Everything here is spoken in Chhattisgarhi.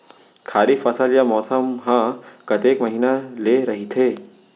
खरीफ फसल या मौसम हा कतेक महिना ले रहिथे?